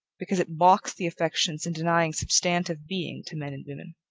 because it balks the affections in denying substantive being to men and women.